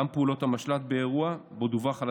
גם את פעולות המשל"ט באירוע שבו דווח על